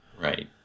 Right